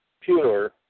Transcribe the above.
pure